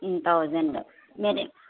మ్మ్ thousand మరి